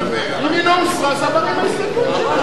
אם היא לא הוסרה, אז מעלים את ההסתייגות שלו,